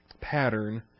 pattern